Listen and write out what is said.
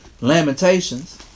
Lamentations